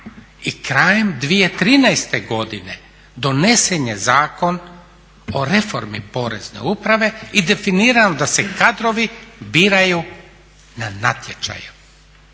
i krajem 2013. godine donesen je Zakon o reformi Porezne uprave i definirano da se kadrovi biraju na natječaju.